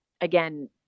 again